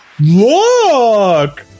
Look